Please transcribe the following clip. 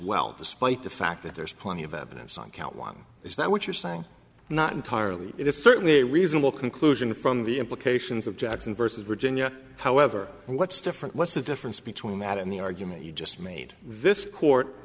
well despite the fact that there's plenty of evidence on count one is that what you're saying not entirely it is certainly a reasonable conclusion from the implications of jackson versus virginia however what's different what's the difference between that and the argument you just made this court